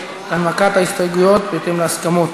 בהנמקת ההסתייגויות בהתאם להסכמות.